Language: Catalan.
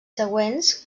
següents